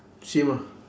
same ah